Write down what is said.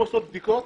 הן עושות בדיקות,